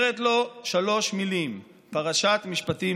אומרת לו שלוש מילים: "פרשת משפטים,